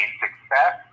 success